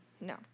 No